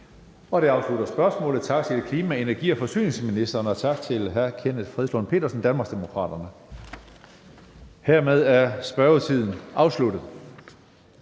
Det afslutter spørgsmålet. Tak til klima-, energi- og forsyningsministeren, og tak til hr. Kenneth Fredslund Petersen, Danmarksdemokraterne. Hermed er spørgetiden afsluttet.